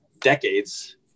decades